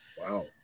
Wow